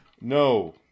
No